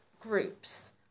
groups